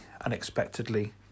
unexpectedly